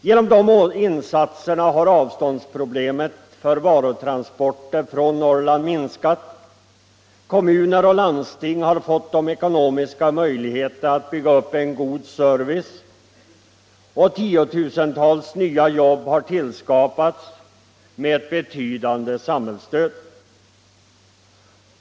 Genom dessa insatser har avståndsproblemet för varutransporter från Norrland minskat, kommuner och landsting har fått ekonomiska möjligheter att bygga upp en god service, och tiotusentals nya jobb har tillskapats med ett betydande samhällsstöd.